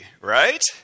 right